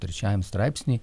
trečiajam straipsny